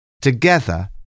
Together